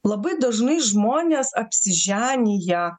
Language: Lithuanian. labai dažnai žmonės apsiženija